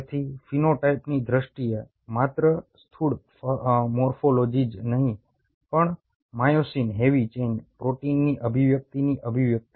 તેથી ફિનોટાઇપની દ્રષ્ટિએ માત્ર સ્થૂળ મોર્ફોલોજી જ નહીં પણ માયોસિન હેવી ચેઇન પ્રોટીનની અભિવ્યક્તિની અભિવ્યક્તિ